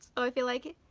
oh if you like it.